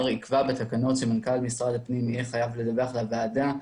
יקבע בתקנות שמנכ"ל משרד הפנים יהיה חייב לדווח לוועדה,